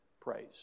praise